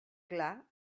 clar